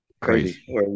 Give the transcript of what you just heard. crazy